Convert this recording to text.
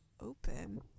open